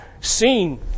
seen